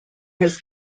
his